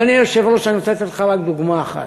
אדוני היושב-ראש, אני רוצה לתת לך רק דוגמה אחת.